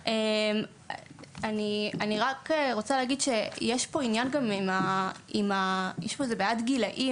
אני רק רוצה להגיד שיש פה גם איזו בעיית גילאים